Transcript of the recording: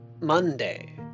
Monday